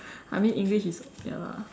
I mean English is ya lah